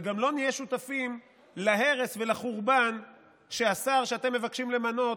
וגם לא נהיה שותפים להרס ולחורבן שהשר שאתם מבקשים למנות